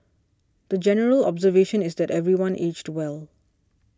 the general observation is that everyone aged well